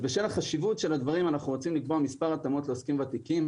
אנחנו עושים חמישה-שישה דיונים ביום וברציפות.